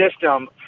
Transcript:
system